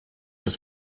das